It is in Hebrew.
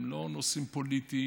הם לא נושאים פוליטיים,